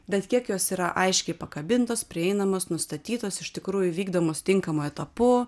bet kiek jos yra aiškiai pakabintos prieinamos nustatytos iš tikrųjų vykdomos tinkamu etapu